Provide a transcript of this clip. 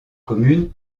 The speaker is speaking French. commune